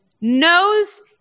knows